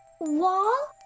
Wall